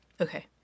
Okay